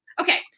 Okay